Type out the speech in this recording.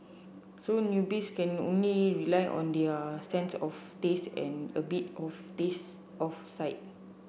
so newbies can only rely on their sense of taste and a bit of sense of sight